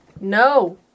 No